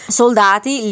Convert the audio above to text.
soldati